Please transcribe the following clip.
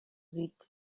read